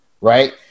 right